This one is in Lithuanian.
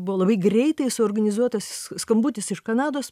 buvo labai greitai suorganizuotas skambutis iš kanados